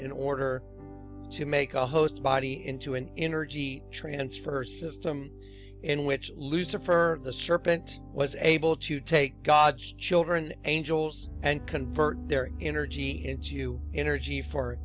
in order to make a host body into an energy transfer system in which lucifer the serpent was able to take god's children angels and convert their energy into you energy for